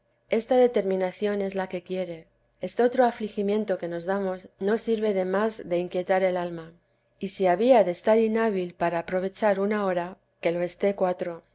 esta determinación es la que quiere estotro afligimiento que nos damos no sirve de más de inquietar el alma y si había de estar inhábil para aprovechar una hora que lo esté cuatro